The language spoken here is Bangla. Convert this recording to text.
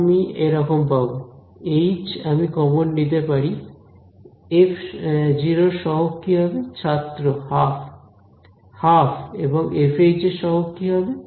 আমি এরকম পাব এইচ আমি কমন নিতে পারি f এর সহগ কি হবে ছাত্র হাফ হাফ এবং f এর সহগ কি হবে